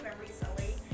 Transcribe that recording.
recently